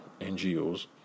NGOs